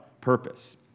purpose